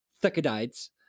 Thucydides